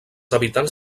habitants